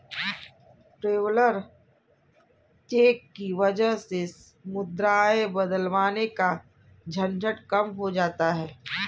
traveller cheque की वजह से मुद्राएं बदलवाने का झंझट कम हो जाता है